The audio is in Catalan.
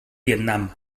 vietnam